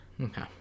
okay